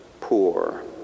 poor